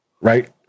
right